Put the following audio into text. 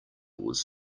was